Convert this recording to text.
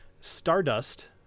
stardust